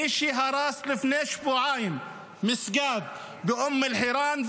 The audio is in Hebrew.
מי שהרס לפני שבועיים מסגד באום אל-חיראן,